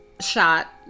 shot